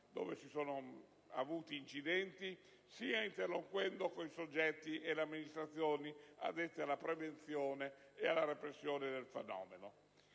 dove si sono avuti incidenti più gravi, sia interloquendo coi soggetti e le amministrazioni addetti alla prevenzione e alla repressione del fenomeno